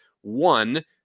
One